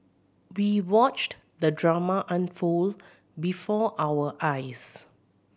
we watched the drama unfold before our eyes